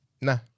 nah